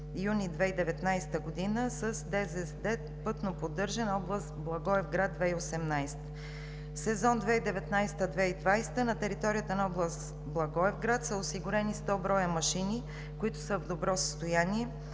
юни 2019 г. с „Пътно поддържане“, област Благоевград от 2018 г. За сезон 2019 – 2020 г. на територията на област Благоевград са осигурени 100 броя машини, които са в добро състояние.